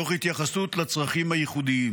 תוך התייחסות לצרכים הייחודיים,